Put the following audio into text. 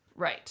Right